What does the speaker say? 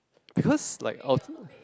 because like alter~